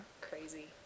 crazy